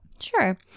Sure